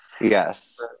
Yes